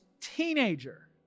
teenager